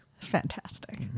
fantastic